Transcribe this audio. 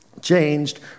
changed